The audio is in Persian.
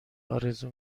آرزو